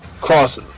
cross